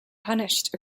punished